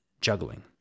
Juggling